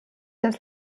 das